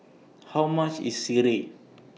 How much IS Sireh